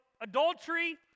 adultery